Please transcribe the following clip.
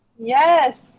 Yes